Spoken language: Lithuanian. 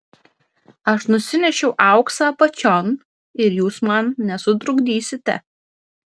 aš nusinešiau auksą apačion ir jūs man nesutrukdysite